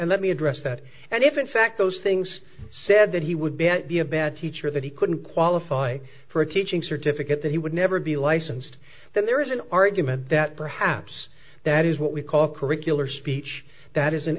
let me address that and if in fact those things said that he would be the a bad teacher that he couldn't qualify for a teaching certificate that he would never be licensed then there is an argument that perhaps that is what we call curricular speech that is an